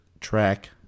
track